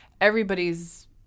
Everybody's